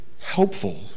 helpful